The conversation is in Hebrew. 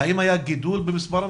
האם היה גידול במספר המפקחים?